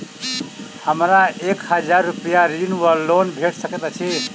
हमरा एक हजार रूपया ऋण वा लोन भेट सकैत अछि?